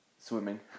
Swimming